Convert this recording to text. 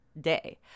day